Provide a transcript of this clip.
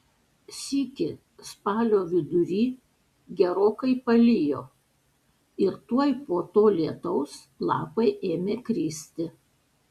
sykį spalio vidury gerokai palijo ir tuoj po to lietaus lapai ėmė kristi